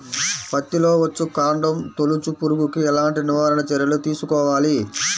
పత్తిలో వచ్చుకాండం తొలుచు పురుగుకి ఎలాంటి నివారణ చర్యలు తీసుకోవాలి?